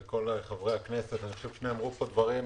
נאמרו דברים